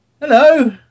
Hello